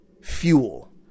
fuel